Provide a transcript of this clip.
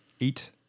eight